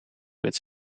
its